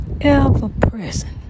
Ever-present